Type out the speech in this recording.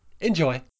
Enjoy